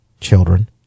children